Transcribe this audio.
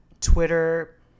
Twitter